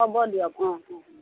হ'ব দিয়ক অহ অহ